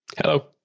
Hello